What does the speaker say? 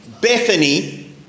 Bethany